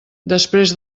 després